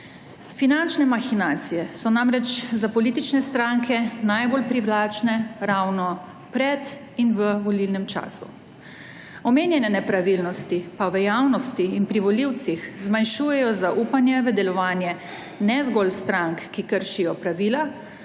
Finančne mahinacije so namreč za politične stranke najbolj privlačne ravno pred in v volilnem času. Omenjene nepravilnosti pa v javnosti in pri volivcih zmanjšujejo zaupanje v delovanje ne zgolj strank, ki kršijo 12.